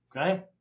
Okay